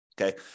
Okay